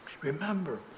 Remember